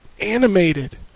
animated